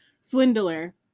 swindler